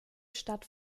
stadt